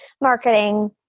marketing